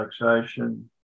relaxation